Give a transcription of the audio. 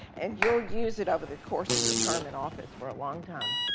and you'll use it over the course of your term in office for a long time.